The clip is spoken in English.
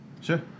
Sure